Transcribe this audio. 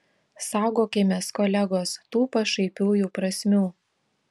saugokimės kolegos tų pašaipiųjų prasmių